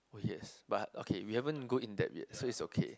oh yes but okay we haven't go in depth yet so it's okay